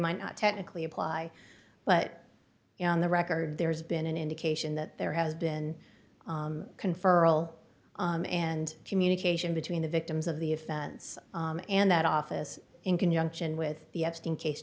might not technically apply but you know on the record there's been an indication that there has been conferral and communication between the victims of the offense and that office in conjunction with the epstein case